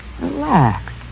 Relax